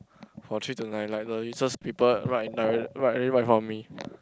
for three to nine like the useless people for me